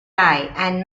and